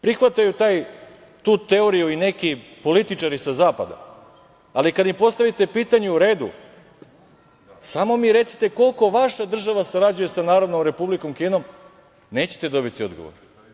Prihvataju tu teoriju i neki političari sa zapada, ali kada im postavite pitanje, u redu, samo mi recite koliko vaša republika sarađuje sa Narodnom Republikom Kinom, nećete dobiti odgovor.